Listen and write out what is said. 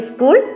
School